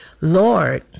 Lord